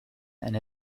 and